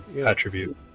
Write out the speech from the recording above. Attribute